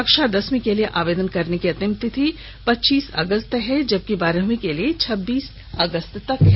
कक्षा दसवीं के लिए आवेदन करने की अंतिम तिथि पच्चीस अगस्त है जबकि बारहवीं के लिए छब्बीस अगस्त तक है